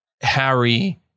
Harry